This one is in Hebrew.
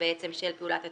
של פעולת התשלום.